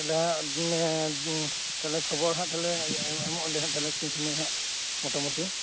ᱟᱫᱚ ᱦᱟᱜ ᱛᱟᱞᱦᱮ ᱠᱷᱚᱵᱚᱨ ᱦᱟᱸᱜ ᱞᱮ ᱮᱢᱚᱜᱼᱟ ᱛᱤᱱ ᱥᱳᱢᱚᱭ ᱦᱟᱸᱜ ᱢᱳᱴᱟᱢᱩᱴᱤ